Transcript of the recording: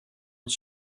its